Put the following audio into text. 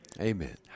Amen